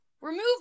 Remove